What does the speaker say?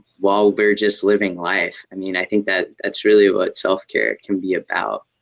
while we're just living life. i mean i think that that's really what self-care can be about.